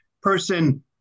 person